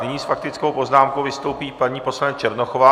Nyní s faktickou poznámkou vystoupí paní poslankyně Černochová.